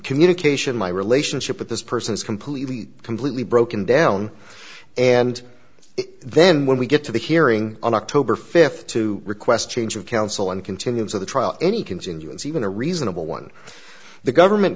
communication my relationship with this person is completely completely broken down and then when we get to the hearing on october fifth to request change of counsel and continuance of the trial any continuance even a reasonable one the government